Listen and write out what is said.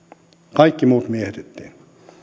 kaikki muut miehitettiin